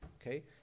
Okay